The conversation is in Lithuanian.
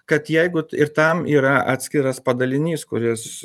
kad jeigu ir tam yra atskiras padalinys kuris